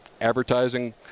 advertising